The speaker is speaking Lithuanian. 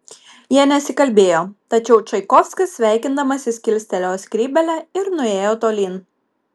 jie nesikalbėjo tačiau čaikovskis sveikindamasis kilstelėjo skrybėlę ir nuėjo tolyn